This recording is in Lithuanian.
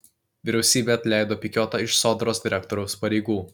vyriausybė atleido pikiotą iš sodros direktoriaus pareigų